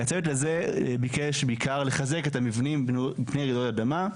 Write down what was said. הצוות הזה ביקש בעיקר לחזק את המבנים מפני רעידות אדמה.